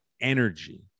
energy